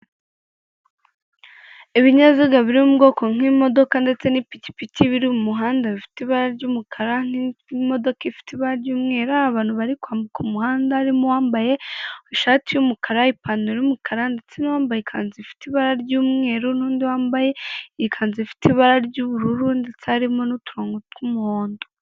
Ibinyabiziga biri mu bwoko nk'imodoka ndetse n'ipikipiki biri mu muhanda bifite ibara ry'umukara n'imodoka ifite ibara ry'umweru hari abantu bari kwambuka umuhanda harimo uwambaye ishati y'umukara, ipantaro y'umukara ndetse n'uwambaye ikanzu ifite ibara ry'umweru n'undi wambaye ikanzu ifite ibara ry'ubururu ndetse harimo n'uturongo tw'umuhondo.